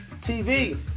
TV